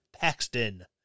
Paxton